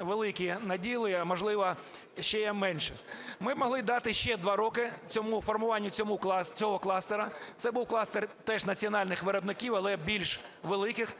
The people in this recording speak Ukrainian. великі наділи, а, можливо, ще є менші. Ми б могли дати ще два роки формуванню цього кластеру. Це був би кластер теж національних виробників, але більш великих,